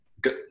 good